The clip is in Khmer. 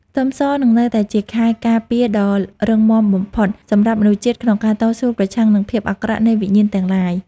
ខ្ទឹមសនឹងនៅតែជាខែលការពារដ៏រឹងមាំបំផុតសម្រាប់មនុស្សជាតិក្នុងការតស៊ូប្រឆាំងនឹងភាពអាក្រក់នៃវិញ្ញាណទាំងឡាយ។